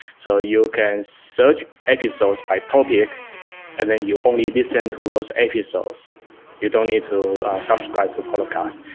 so you can search episodes by topic and then you only listen to those episodes. you don't need to subscribe to a podcast.